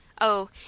Oh